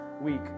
week